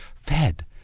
fed